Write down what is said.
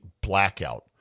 blackout